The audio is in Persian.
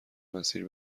مسیر